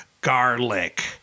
garlic